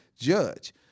judge